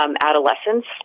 adolescents